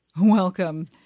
Welcome